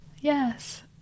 Yes